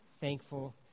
Thankful